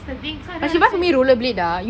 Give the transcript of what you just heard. that's the thing so I don't understand